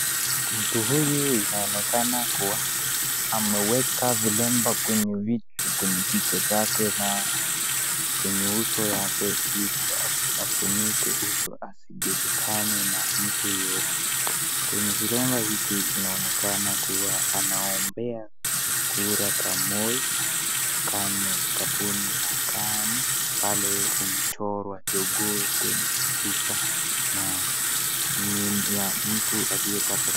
Mtu huyu inaonekana kuwa ameweka vilemba kwenye kichwa chake na kwenye uso yake ili afuniko uso asijulikana na mtu yoyote kwenye kilemba hiki inaonekana kuwa anaombea kura kwa Moi KANU kampuni ya KANU. Pale imechorwa jogoo kwenye picha na ni ya mtu aliyetaka.....